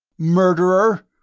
murderer!